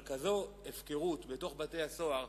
אבל כזו הפקרות בתוך בתי-הסוהר,